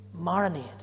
marinade